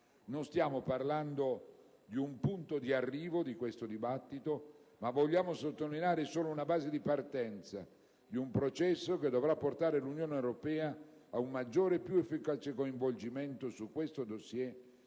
Non stiamo parlando del punto di arrivo di questo dibattito, ma, vogliamo sottolinearlo, solo di una base di partenza di un processo che dovrà portare l'Unione europea ad un maggiore e più efficace coinvolgimento su questo dossier,